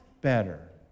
better